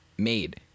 made